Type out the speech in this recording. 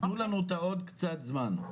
תנו לנו את העוד קצת זמן.